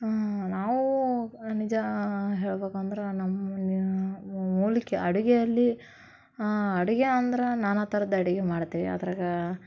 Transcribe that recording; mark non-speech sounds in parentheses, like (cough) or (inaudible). ನಾವು ನಿಜ ಹೇಳ್ಬೇಕಂದ್ರೆ ನಮ್ಮ (unintelligible) ಮೂಲಿಕೆ ಅಡುಗೆಯಲ್ಲಿ ಹಾಂ ಅಡುಗೆ ಅಂದ್ರೆ ನಾನಾ ಥರದ ಅಡುಗೆ ಮಾಡ್ತೀವಿ ಅದ್ರಗ